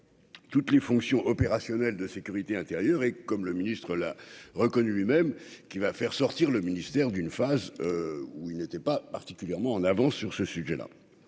Toutes les fonctions opérationnelles de sécurité intérieure et, comme le ministre l'a reconnu lui-même qu'il va faire sortir le ministère d'une phase où il n'était pas particulièrement en avance sur ce sujet-là,